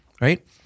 right